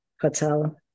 hotel